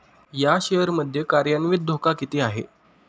या शेअर मध्ये कार्यान्वित धोका किती आहे?